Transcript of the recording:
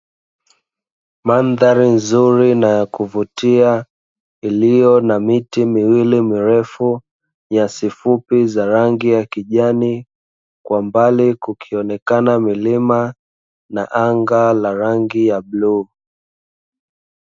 Mandhari nzuri ya kuvutia iliyo na miti miwiii mirefu, nyasi fupi za rangi ya kijani kwa mbali kukionekana milima na anga la rangi ya bluu.